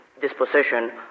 disposition